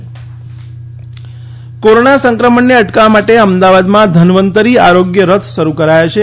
Rajiv Gupta corona સંક્રમણને અટકાવવા માટે અમદાવાદમાં ધનવંતરી આરોગ્ય રથ શરૂ કરાયા છે